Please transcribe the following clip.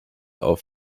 auf